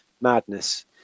madness